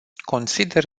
consider